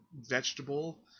vegetable